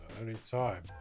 Anytime